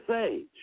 age